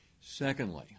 secondly